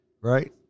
right